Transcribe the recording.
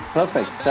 Perfect